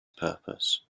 purpose